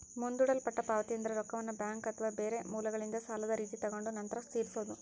ಮುಂದೂಡಲ್ಪಟ್ಟ ಪಾವತಿಯೆಂದ್ರ ರೊಕ್ಕವನ್ನ ಬ್ಯಾಂಕ್ ಅಥವಾ ಬೇರೆ ಮೂಲಗಳಿಂದ ಸಾಲದ ರೀತಿ ತಗೊಂಡು ನಂತರ ತೀರಿಸೊದು